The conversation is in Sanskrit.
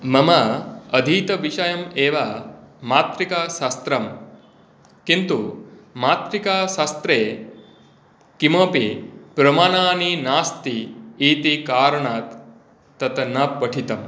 मम अधीतविषयम् एव मातृका शास्त्रम् किन्तु मातृकाशास्त्रे किमपि प्रमाणानि नास्ति इति कारणात् तत् न पठितम्